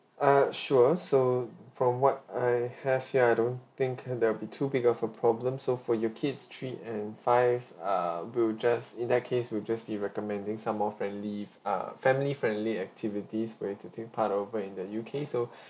uh sure so from what I have here I don't think there will be too big of a problem so for your kids three and five err we'll just in that case we'll just be recommending some more friendly uh family-friendly activities for you to take part of when in the U_K so